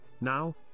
now